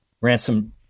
Ransom